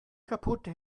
kaputte